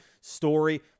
Story